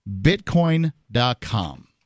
bitcoin.com